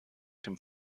dem